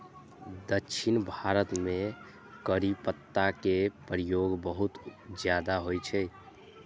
दक्षिण भारत मे करी पत्ता के प्रयोग बहुत ज्यादा होइ छै